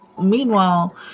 meanwhile